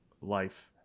life